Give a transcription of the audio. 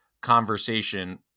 conversation